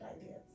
ideas